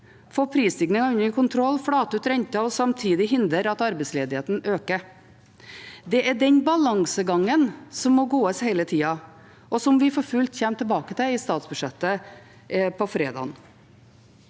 få prisstigningen under kontroll, flate ut renter og samtidig hindre at arbeidsledigheten øker. Det er den balansegangen som må gås hele tida, og som vi for fullt kommer tilbake til i statsbudsjettet på fredag.